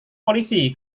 polisi